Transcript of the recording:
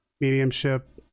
mediumship